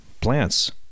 plants